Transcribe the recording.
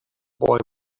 boy